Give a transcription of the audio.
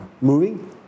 moving